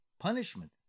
Punishment